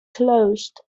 closed